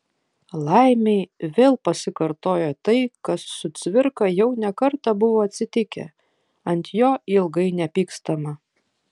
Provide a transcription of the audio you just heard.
laimei vėl pasikartojo tai kas su cvirka jau ne kartą buvo atsitikę ant jo ilgai nepykstama